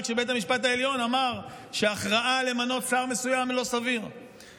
שבית המשפט העליון אמר שההכרעה למנות שר מסוים איננה סבירה.